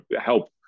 help